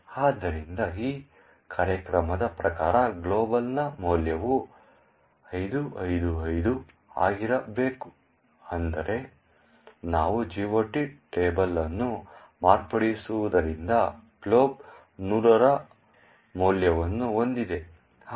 ಆದ್ದರಿಂದ ಈ ಕಾರ್ಯಕ್ರಮದ ಪ್ರಕಾರ ಗ್ಲೋಬ್ನ ಮೌಲ್ಯವು 5555 ಆಗಿರಬೇಕು ಆದರೆ ನಾವು GOT ಟೇಬಲ್ ಅನ್ನು ಮಾರ್ಪಡಿಸಿರುವುದರಿಂದ ಗ್ಲೋಬ್ 100 ರ ಮೌಲ್ಯವನ್ನು ಹೊಂದಿದೆ